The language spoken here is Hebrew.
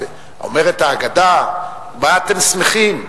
אומרת האגדה: מה אתם שמחים?